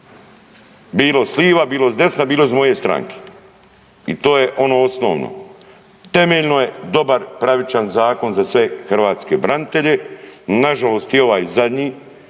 Bilo s liva, bilo s desna, bilo s moje stranke. I to je ono osnovno, temeljeno je dobar, pravičan zakon za sve hrvatske branitelje, nažalost i ovaj zadnji,